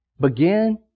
Begin